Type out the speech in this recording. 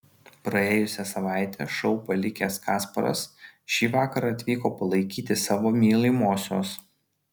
praėjusią savaitę šou palikęs kasparas šįvakar atvyko palaikyti savo mylimosios